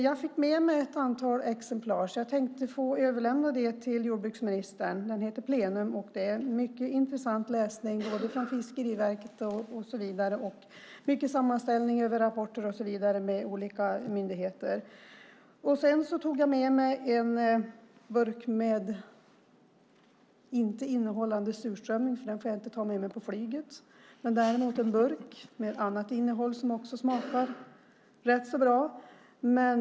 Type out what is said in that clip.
Jag fick med mig ett antal exemplar, och jag tänkte överlämna ett till jordbruksministern. Det är mycket intressant läsning från bland annat Fiskeriverket och sammanställningar av rapporter från olika myndigheter. Jag har även tagit med mig en burk - inte innehållande surströmming eftersom jag inte får ta med mig en sådan på flyget men en burk med annat innehåll som också smakar rätt bra.